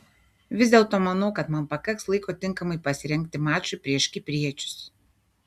vis dėlto manau kad man pakaks laiko tinkamai pasirengti mačui prieš kipriečius